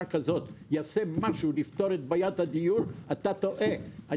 כזאת יעשה משהו לפתור את בעיית הדיור אתה טועה.